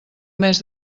mes